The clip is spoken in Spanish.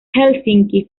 helsinki